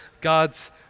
God's